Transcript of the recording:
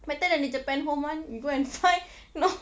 better than the japan home [one] you go and find no